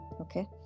Okay